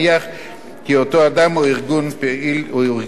כי אותו אדם או ארגון הוא פעיל או ארגון טרור.